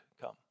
come